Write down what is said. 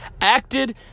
acted